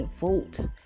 vote